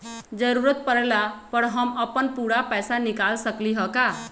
जरूरत परला पर हम अपन पूरा पैसा निकाल सकली ह का?